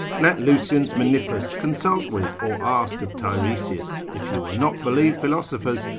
let lucian's menippus consult with or ask of tiresias, if you will not believe philosophers,